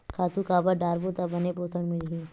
खातु काबर डारबो त बने पोषण मिलही?